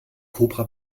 kobra